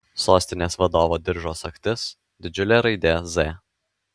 sostinės vadovo diržo sagtis didžiulė raidė z